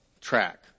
track